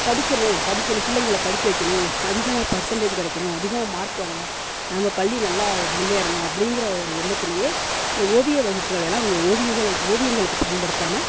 படிக்கணும் படிக்கணும் பிள்ளைங்கள படிக்க வைக்கணும் அதிகமாக பெர்சென்டேஜ் கிடைக்கணும் அதிகமாக மார்க் வாங்கணும் நம்ம பள்ளி நல்லா முன்னேறணும் அப்படிங்கிற ஒரு எண்ணத்திலையே இந்த ஓவிய வகுப்புகளை எல்லாம் இவங்க ஓவியங்ககளில் ஓவியங்களுக்கு பயன்படுத்தாமல்